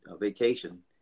vacation